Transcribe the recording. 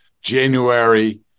January